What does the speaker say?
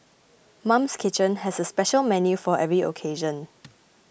Mum's Kitchen has a special menu for every occasion